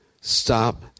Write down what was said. stop